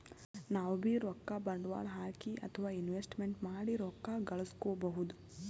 ನಾವ್ಬೀ ರೊಕ್ಕ ಬಂಡ್ವಾಳ್ ಹಾಕಿ ಅಥವಾ ಇನ್ವೆಸ್ಟ್ಮೆಂಟ್ ಮಾಡಿ ರೊಕ್ಕ ಘಳಸ್ಕೊಬಹುದ್